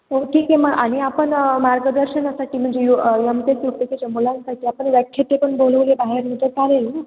हो ठीक आहे मग आणि आपण मार्गदर्शनासाठी म्हणजे यु यम ए बी एच्या मुलांसाठी आपण व्याख्याते पण बोलवले बाहेरून तर चालेल ना